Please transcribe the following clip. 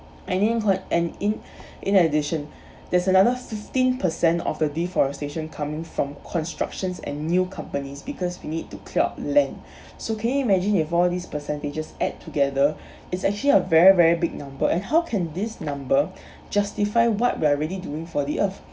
and in con~ and in in addition there's another fifteen percent of the deforestation coming from constructions and new companies because we need to clear up land so can you imagine if all these percentages add together it's actually a very very big number and how can this number justify what we're already doing for the earth